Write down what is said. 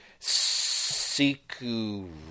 Siku